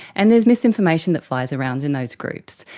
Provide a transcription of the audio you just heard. and there's misinformation that flies around in those groups.